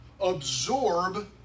absorb